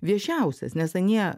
viešiausias nes anie